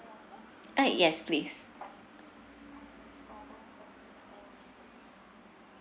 uh yes please